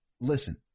listen